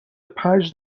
پنج